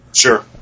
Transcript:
Sure